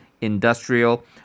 Industrial